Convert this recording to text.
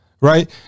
Right